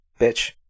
Bitch